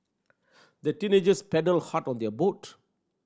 the teenagers paddled hard on their boat